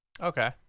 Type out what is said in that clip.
Okay